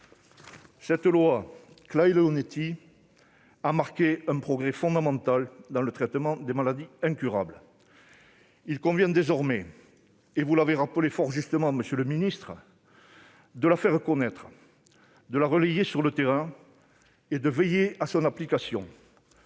La loi Claeys-Leonetti a marqué un progrès fondamental dans le traitement des maladies incurables. Il convient désormais- vous l'avez rappelé fort justement, monsieur le ministre -de la faire connaître, de la relayer sur le terrain et de veiller à son application.